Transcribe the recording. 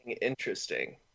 interesting